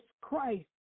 Christ